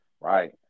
Right